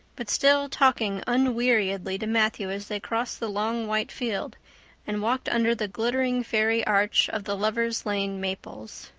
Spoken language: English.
but still talking unweariedly to matthew as they crossed the long white field and walked under the glittering fairy arch of the lover's lane maples.